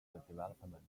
development